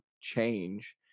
change